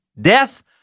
death